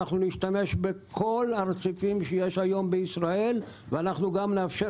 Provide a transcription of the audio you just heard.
נשתמש בכל הרציפים שיש היום בישראל וגם נאפשר